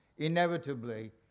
Inevitably